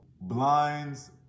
Blinds